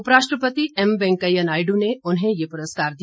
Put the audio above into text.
उपराष्ट्रपति वैंकेया नायडू ने उन्हें ये पुरस्कार दिया